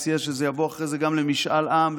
הוא הציע שזה יבוא אחרי זה גם למשאל עם,